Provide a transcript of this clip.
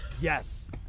yes